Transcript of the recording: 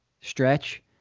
stretch